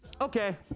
Okay